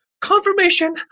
confirmation